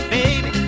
Baby